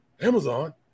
Amazon